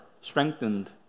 strengthened